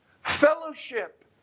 fellowship